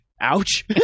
ouch